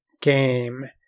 game